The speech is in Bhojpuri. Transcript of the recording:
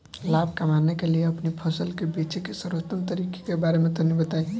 लाभ कमाने के लिए अपनी फसल के बेचे के सर्वोत्तम तरीके के बारे में तनी बताई?